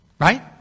right